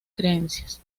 creencias